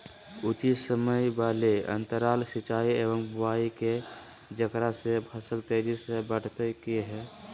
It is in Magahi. उचित समय वाले अंतराल सिंचाई एवं बुआई के जेकरा से फसल तेजी से बढ़तै कि हेय?